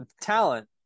talent